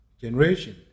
generation